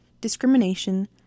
Discrimination